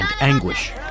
anguish